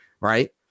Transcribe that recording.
right